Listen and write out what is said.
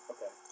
Okay